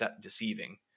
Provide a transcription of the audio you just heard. deceiving